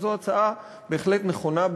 שזו הצעה בהחלט נכונה,